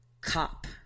cop